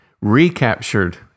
recaptured